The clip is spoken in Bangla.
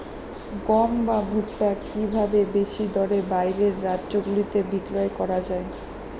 গম বা ভুট্ট কি ভাবে বেশি দরে বাইরের রাজ্যগুলিতে বিক্রয় করা য়ায়?